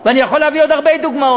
ואני יכול להביא עוד הרבה דוגמאות.